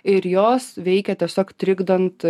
ir jos veikia tiesiog trikdant